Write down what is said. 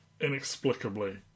Inexplicably